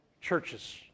churches